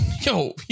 Yo